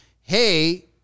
hey